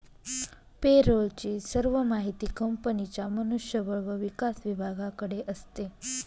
पे role ची सर्व माहिती कंपनीच्या मनुष्य बळ व विकास विभागाकडे असते